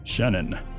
Shannon